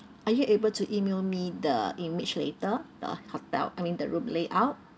are you able to email me the image later the hotel I mean the room layout